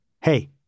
Hey